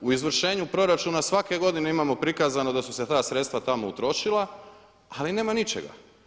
U izvršenju proračuna svake godine imamo prikazano da su se ta sredstva tamo utrošila, ali nema ničega.